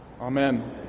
Amen